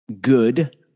good